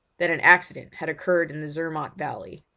that an accident had occurred in the zermatt valley.